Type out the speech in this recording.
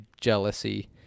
jealousy